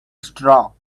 straw